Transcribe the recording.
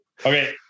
Okay